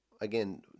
again